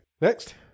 next